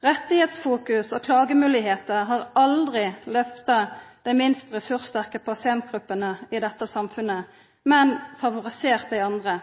rettar og klagemoglegheiter har aldri lyfta dei minst ressurssterke pasientgruppene i samfunnet, men favorisert dei andre.